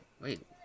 Wait